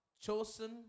Chosen